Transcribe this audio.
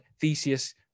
theseus